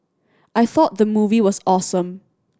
I thought the movie was awesome